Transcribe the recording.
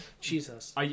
Jesus